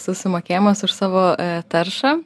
susimokėjimas už savo taršą